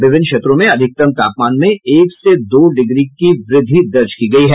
विभिन्न क्षेत्रों में अधिकतम तापमान में एक से दो डिग्री की वृद्धि दर्ज की गयी है